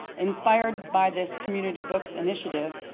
inspired by this community books initiative,